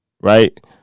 right